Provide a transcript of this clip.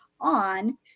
on